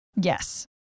Yes